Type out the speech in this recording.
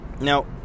now